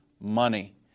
money